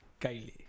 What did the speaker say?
Kylie